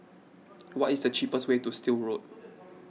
what is the cheapest way to Still Road